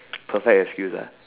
perfect excuse ah